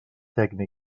tècnic